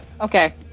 okay